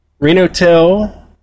RenoTel